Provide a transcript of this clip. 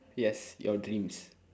yes your dreams